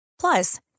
Plus